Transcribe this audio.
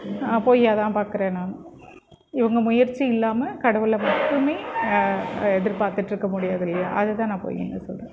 பொய்யாக தான் பார்க்குறன் நானு இவங்க முயற்சி இல்லாமல் கடவுளை மட்டுமே எதிர்பார்த்துட்டு இருக்கற முடியாது இல்லையா அது தான் நான் பொய்யின்னு சொல்கிறன்